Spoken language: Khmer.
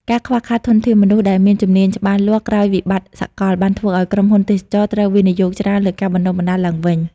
ការខ្វះខាតធនធានមនុស្សដែលមានជំនាញច្បាស់លាស់ក្រោយវិបត្តិសកល បានធ្វើឱ្យក្រុមហ៊ុនទេសចរណ៍ត្រូវវិនិយោគច្រើនលើការបណ្តុះបណ្តាលឡើងវិញ។